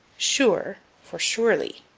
sure for surely.